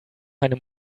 einem